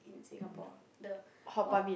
in Singapore the what